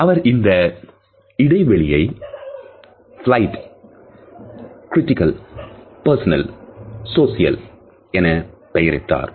அவர் இந்த இடைவெளியை plight critical personal and social என பெயரிட்டார்